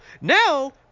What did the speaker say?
now